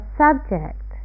subject